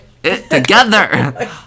together